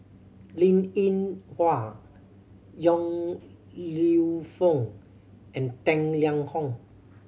Linn In Hua Yong Lew Foong and Tang Liang Hong